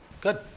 good